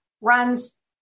runs